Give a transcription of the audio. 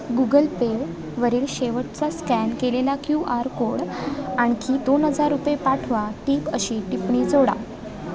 Google पेवरील शेवटचा scan केलेला क्यू आर कोड आणखी दोन हजार रुपये पाठवा टीप अशी टिपणी जोडा